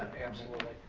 absolutely.